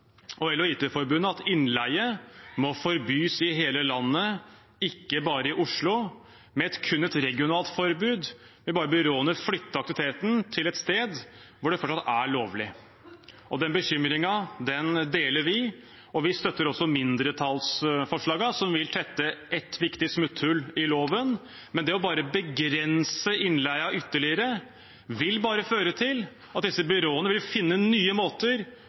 og EL og IT Forbundet at innleie må forbys i hele landet, ikke bare i Oslo, og at med kun et regionalt forbud vil byråene bare flytte aktiviteten til et sted hvor det fortsatt er lovlig. Den bekymringen deler vi, og vi støtter også mindretallsforslagene, som vil tette et viktig smutthull i loven. Men det å bare begrense innleie ytterligere vil bare føre til at disse byråene vil finne nye måter